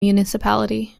municipality